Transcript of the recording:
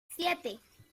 siete